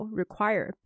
require